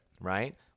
Right